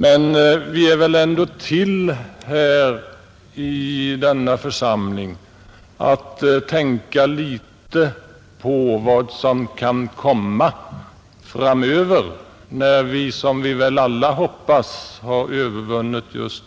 Men vi har väl ändå till uppgift i denna församling att tänka litet på vad som kan komma framöver när vi, som väl alla hoppas, har övervunnit